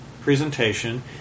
presentation